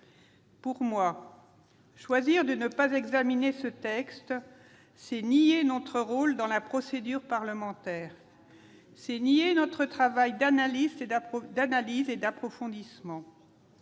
Pour moi, choisir de ne pas examiner ce texte, c'est nier notre rôle dans la procédure parlementaire ; c'est nier notre travail d'analyse et d'approfondissement